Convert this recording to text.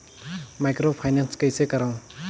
Microfinance कइसे करव?